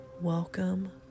Welcome